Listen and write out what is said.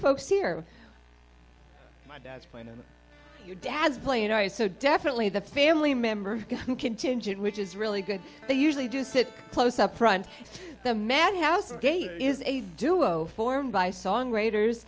folks here your dad's playing ari so definitely the family member contingent which is really good they usually do sit close up front the madhouse is a duo formed by songwriters